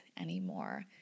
anymore